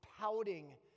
pouting